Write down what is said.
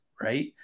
right